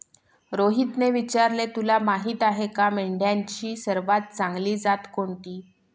रोहितने विचारले, तुला माहीत आहे का मेंढ्यांची सर्वात चांगली जात कोणती?